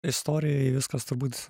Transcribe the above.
istorijoje viskas turbūt